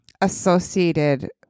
associated